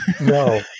no